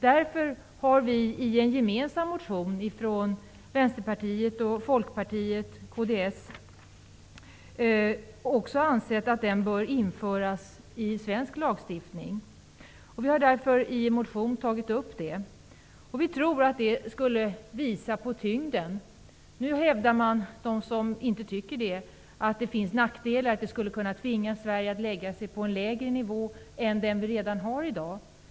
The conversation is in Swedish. Därför har vi i en gemensam motion från Vänsterpartiet, Folkpartiet och kds också ansett att den bör införas i svensk lagstiftning. Vi tror att det skulle visa på tyngden i konventionen. Nu hävdar de som inte tycker detta att det finns nackdelar. Det skulle kunna tvinga Sverige att lägga sig på en lägre nivå än den vi redan har i dag.